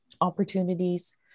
opportunities